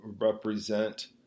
represent